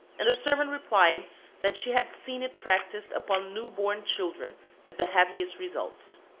and the servant replied that she had seen it practised upon new-born children with the happiest results.